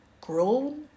grown